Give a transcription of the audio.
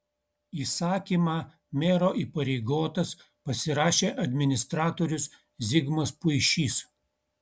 įsakymą mero įpareigotas pasirašė administratorius zigmas puišys